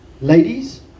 Ladies